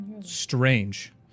Strange